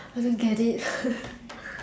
I don't get it